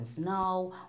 now